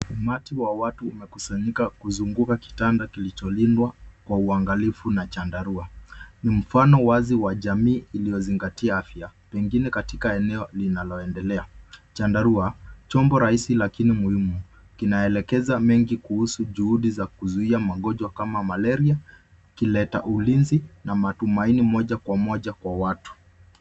Umati wa watu umekusanyika kuzunguka kitanda kilicholindwa kwa uangalifu na chandarua. Ni mfano wazi wa jamii iliyozingatia afya, pengine katika eneo linaloendelea. Chandarua, chombo rahisi lakini muhimu, kinaelekeza mengi kuhusu juhudi za kuzuia magonjwa kama malaria, kileta ulinzi na matumaini, moja kwa moja kwa watu.